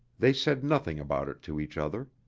they said nothing about it to each other.